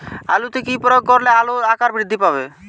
আলুতে কি প্রয়োগ করলে আলুর আকার বৃদ্ধি পাবে?